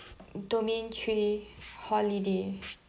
domain three holiday